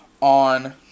on